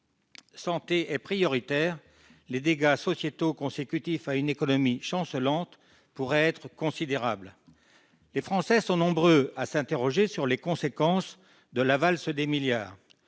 santé est prioritaire, les dégâts sociétaux consécutifs à une économie chancelante pourraient être considérables. Les Français sont nombreux à s'interroger sur les effets de la valse des milliards.